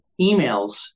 emails